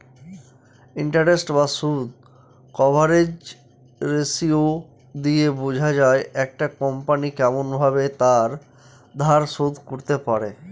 interest বা সুদ coverage ratio দিয়ে বোঝা যায় একটা কোম্পনি কেমন ভাবে তার ধার শোধ করতে পারে